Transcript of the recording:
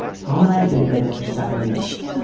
tom and i have been together for seven years.